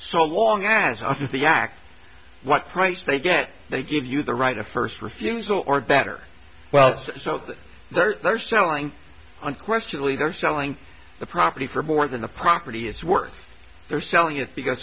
so long as i think the act what price they get they give you the right of first refusal or better well it's so they're selling unquestionably they're selling the property for more than the property it's worth they're selling it because